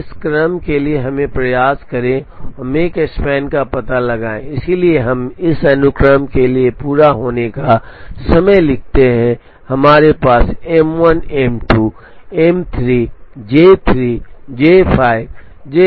अब इस क्रम के लिए हमें प्रयास करें और मेक स्पैन का पता लगाएं इसलिए हम इस अनुक्रम के लिए पूरा होने का समय लिखते हैं हमारे पास M1 M2 M3 J3 J5 J4 J2 J1 हैं